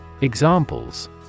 Examples